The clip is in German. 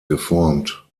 geformt